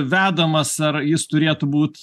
vedamas ar jis turėtų būt